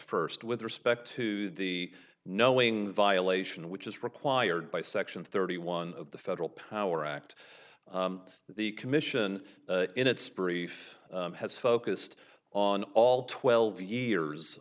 first with respect to the knowing the violation which is required by section thirty one of the federal power act the commission in its brief has focused on all twelve years